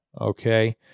Okay